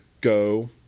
go